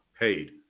Paid